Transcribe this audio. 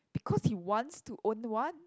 because he wants to own one